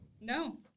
No